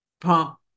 pump